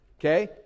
Okay